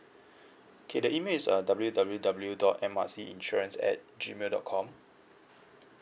okay the email is uh W W W dot M R C insurance at Gmail dot com